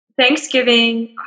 Thanksgiving